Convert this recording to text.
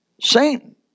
Satan